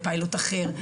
ופיילוט אחר.